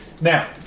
Now